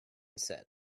set